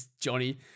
Johnny